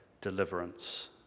deliverance